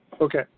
Okay